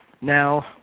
Now